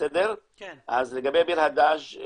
אז לגבי ביר הדאג',